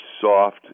soft